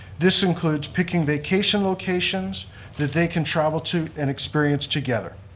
this includes picking vacation locations that they can travel to and experience together.